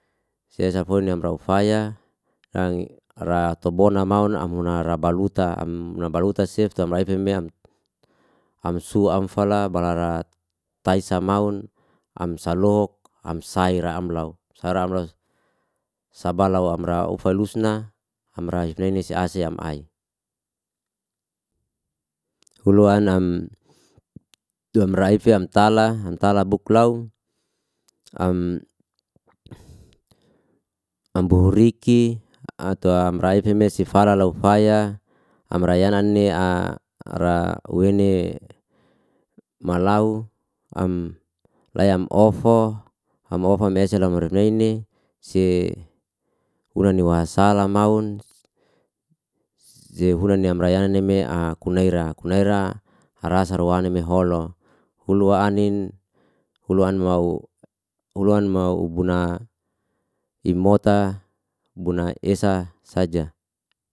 Sesafoni amra ufaya am- ra tubona maun, am una ra baluta, am una baluta sif, tu amra ifmeam, amsu am fala, balara, taisa maun, am salok am saira am law saira am law, sabalaw, amra ufulusna, amra hifneni siasem amai. Huluan am- am raifi am tala, am tala buklaw, am buriki, ato amraifi mesifala lawfaya, am rayani arawini, malaw am leya am ofo am ofo mesala marifneni, si hulani wasala maun, si hulani amra yanani me'a kunaira kunaira harasa rwanani me holo, kulu anin, kulun maun kulun mau bunan imota, buna esa saja.